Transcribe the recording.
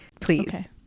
please